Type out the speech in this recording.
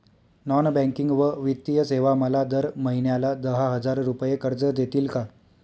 Non banking व वित्तीय सेवा मला दर महिन्याला दहा हजार रुपये कर्ज देतील का?